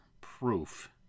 proof